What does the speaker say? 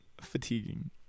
Fatiguing